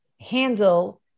handle